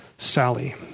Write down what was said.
Sally